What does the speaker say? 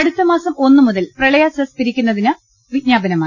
അടുത്തമാസം ഒന്നു മുതൽ പ്രളയ സെസ് പിരിക്കുന്നതിന് വിജ്ഞാപനമായി